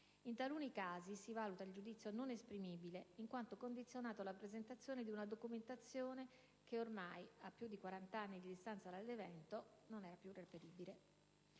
In taluni casi, si valuta il giudizio non esprimibile, in quanto condizionato alla presentazione di una documentazione che ormai, a più di quarant'anni di distanza dall'evento, non è reperibile.